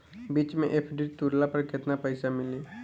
बीच मे एफ.डी तुड़ला पर केतना पईसा मिली?